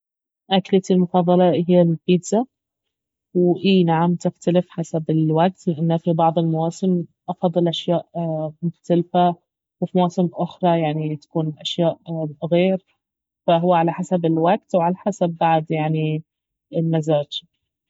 اكلتي المفضلة اهي البيتزا واي نعم تختلف حسب الوقت لانه في بعض المواسم افضل أشياء مختلفة وفي مواسم أخرى يعني تكون أشياء غير فهو على حسب الوقت وعلى حسب بعد يعني المزاج